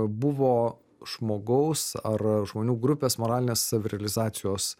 buvo žmogaus ar žmonių grupės moralinės savirealizacijos